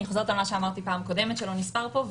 אני חוזרת על מה שאמרתי בפעם הקודמת שלא נספר פה,